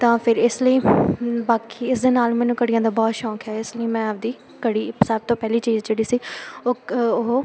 ਤਾਂ ਫਿਰ ਇਸ ਲਈ ਬਾਕੀ ਇਸ ਦੇ ਨਾਲ ਮੈਨੂੰ ਘੜੀਆਂ ਦਾ ਬਹੁਤ ਸ਼ੌਕ ਹੈ ਇਸ ਲਈ ਮੈਂ ਆਪਦੀ ਘੜੀ ਸਭ ਤੋਂ ਪਹਿਲੀ ਚੀਜ਼ ਜਿਹੜੀ ਸੀ ਉਹ ਕ ਉਹ